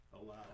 Allow